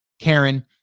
Karen